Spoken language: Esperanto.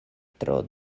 tro